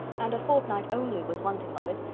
and a fortnight only was wanting of it,